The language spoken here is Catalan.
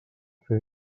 fet